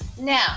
Now